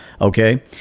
Okay